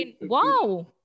Wow